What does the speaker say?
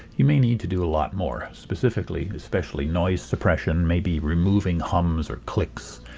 you may need to do a lot more. specifically, especially noise suppression, maybe removing hums or clicks,